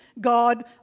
God